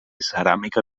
ceràmica